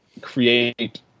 create